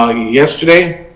um yesterday.